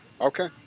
Okay